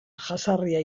jazarria